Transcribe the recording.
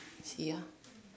ya